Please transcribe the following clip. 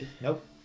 nope